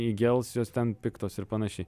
įgels jos ten piktos ir panašiai